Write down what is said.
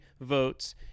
votes